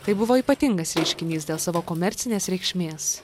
tai buvo ypatingas reiškinys dėl savo komercinės reikšmės